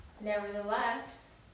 Nevertheless